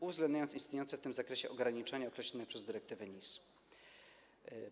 uwzględniając istniejące w tym zakresie ograniczenia określone przez dyrektywę NIS.